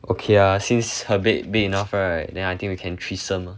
okay uh since her bed big enough right then I think we can threesome